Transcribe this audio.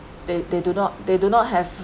they they do not they do not have